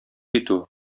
итү